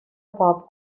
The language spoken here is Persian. پاپ